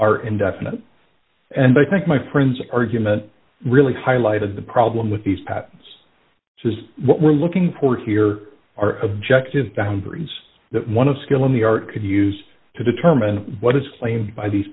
are indefinite and i think my friends argument really highlighted the problem with these patents to what we're looking for here are objective boundaries that one of skill in the art could use to determine what is claimed by these